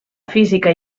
física